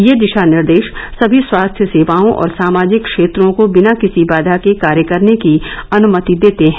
ये दिशा निर्देश सभी स्वास्थ्य सेवाओं और सामाजिक क्षेत्रों को बिना किसी बाधा के कार्य करने की अनुमति देते हैं